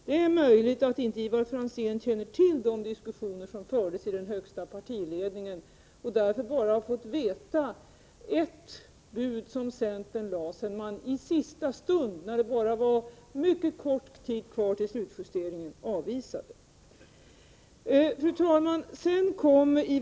Det är möjligt att Ivar Franzén inte känner till de diskussioner som fördes inom högsta partiledningen och att han därför bara fått vetskap om ett bud som centern lade sedan man i sista stund, när det bara var mycket kort tid kvar till slutjusteringen, avvisat det förslag varom centerns och socialdemokraternas representanter i EK 81 ville göra upp. Fru talman!